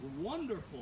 wonderful